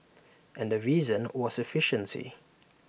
and the reason was efficiency